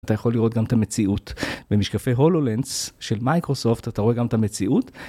אתה יכול לראות גם את המציאות במשקפי הולולנס של מייקרוסופט, אתה רואה גם את המציאות.